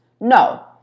No